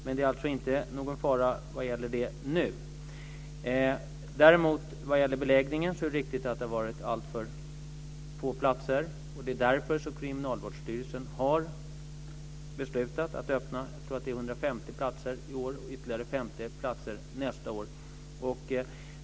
Men det är inte någon fara nu. Vad gäller beläggningen är det riktigt att det har varit alltför få platser. Det är därför som Kriminalvårdsstyrelsen har beslutat att öppna 150 platser i år och ytterligare 50 platser nästa år.